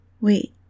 Wait